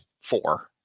four